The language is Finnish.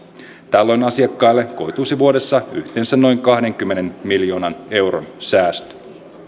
tällöin asiakkaille koituisi vuodessa yhteensä noin kahdenkymmenen miljoonan euron säästö